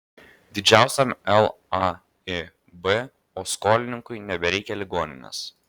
didžiausiam laib o skolininkui nebereikia ligoninės